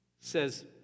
says